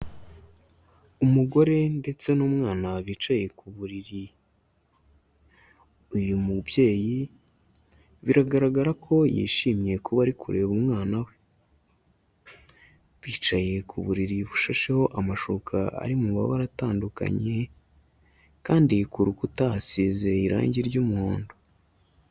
Umugore ndetse n'umwana bicaye ku buriri, uyu mubyeyi biragaragara ko yishimiye kuba ari kureba umwana we, bicaye ku buriri bushasheho amashuka ari mu mabara atandukanye kandi ku rukuta hasize irangi ry'umuhondo.